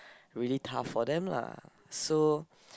really tough for them lah so